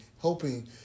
helping